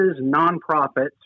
nonprofits